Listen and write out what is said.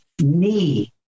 knee